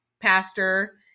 pastor